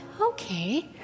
Okay